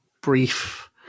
brief